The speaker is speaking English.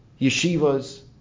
Yeshivas